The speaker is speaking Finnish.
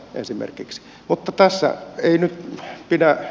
mutta tässä ei nyt pidä